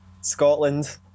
Scotland